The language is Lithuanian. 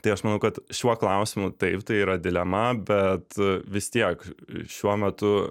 tai aš manau kad šiuo klausimu taip tai yra dilema bet vis tiek šiuo metu